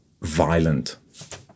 violent